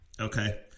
Okay